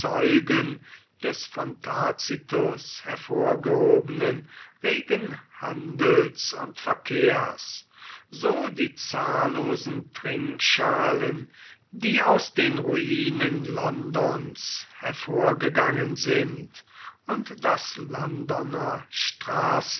des von tacitus hervorgehobenen regen handels und verkehrs so die zahllosen trinkschalen die aus den ruinen londons hervorgegangen sind und das londoner